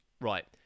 Right